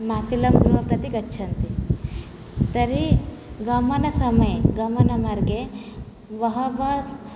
मातुलगृहं प्रति गच्छन्ति तर्हि गमनसमये गमनमार्गे बहवः